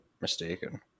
mistaken